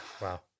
Wow